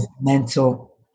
mental